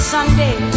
Sunday